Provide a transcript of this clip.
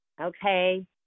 okay